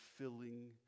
filling